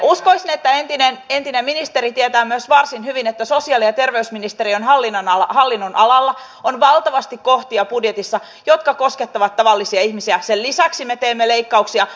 usko että en tiedä entinen ministeri tietää ainoassa kysymyksessä siinä että hallitus olisi paikannut näitä todella lyhytnäköisiä leikkauksia jotka kohdistuvat etsivään nuorisotyöhön ja työpajatoimintaan